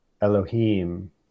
elohim